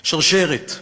שרשרת.